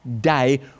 day